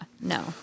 no